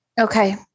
Okay